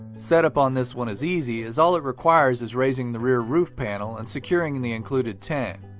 set up on this one is easy as all it requires is raising the rear roof panel and securing and the included tent.